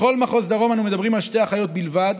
בכל מחוז דרום אנו מדברים על שתי אחיות בלבד,